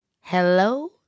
hello